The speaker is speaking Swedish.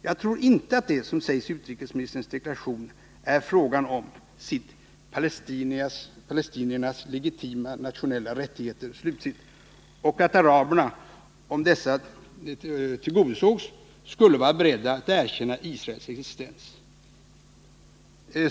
Jag tror inte att det, som det sägs i utrikesministerns deklaration, är fråga om ”det palestinska folkets legitima nationella rättigheter” och att araberna, om dessa tillgodosågs, skulle vara beredda att erkänna Israels existens.